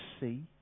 see